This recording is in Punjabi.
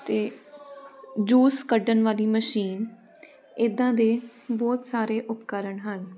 ਅਤੇ ਜੂਸ ਕੱਢਣ ਵਾਲੀ ਮਸ਼ੀਨ ਇੱਦਾਂ ਦੇ ਬਹੁਤ ਸਾਰੇ ਉਪਕਰਣ ਹਨ